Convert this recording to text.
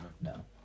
No